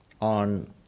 on